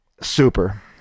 Super